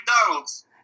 McDonald's